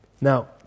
Now